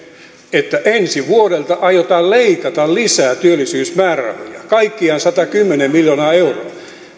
että ensi vuodelta aiotaan leikata lisää työllisyysmäärärahoja kaikkiaan satakymmentä miljoonaa euroa